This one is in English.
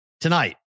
Tonight